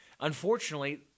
Unfortunately